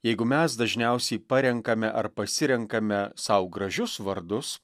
jeigu mes dažniausiai parenkame ar pasirenkame sau gražius vardus